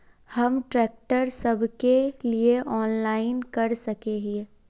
हम ट्रैक्टर सब के लिए ऑनलाइन कर सके हिये?